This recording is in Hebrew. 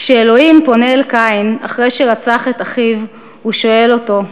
כשאלוהים פונה אל קין אחרי שרצח את אחיו הוא שואל אותו: